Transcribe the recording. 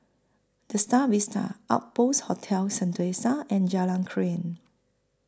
The STAR Vista Outpost Hotel Sentosa and Jalan Krian